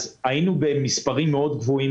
היינו במספרים גבוהים מאוד